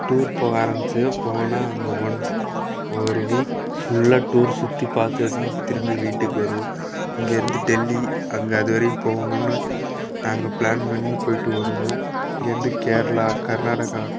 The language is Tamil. டூர் போக ஆரம்மிச்சிது போனால் அங்கே ஒன் ஒரு வீக் ஃபுல்லாக டூர் சுற்றிப் பாத்து தான் திரும்பி வீட்டுக்கு வருவோம் இங்கேயிருந்து டெல்லி அங்கே அது வரையும் போகணுன்னு நாங்கள் ப்ளான் பண்ணி போயிட்டு வருவோம் இங்கேயிருந்து கேரளா கர்நாடகா